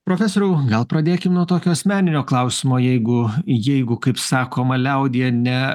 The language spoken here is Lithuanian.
profesoriau gal pradėkim nuo tokio asmeninio klausimo jeigu jeigu kaip sakoma liaudyje ne